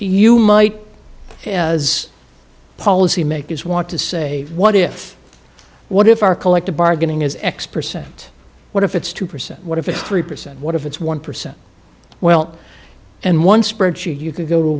you might as policymakers want to say what if what if our collective bargaining is x percent what if it's two percent what if it's three percent what if it's one percent well and one spreadsheet you can go to